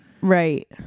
Right